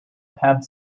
have